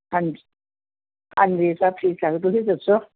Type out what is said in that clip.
ਹਾਂਜੀ ਹਾਂਜੀ ਸਤਿ ਸ਼੍ਰੀ ਅਕਾਲ ਤੁਸੀਂ ਦੱਸੋ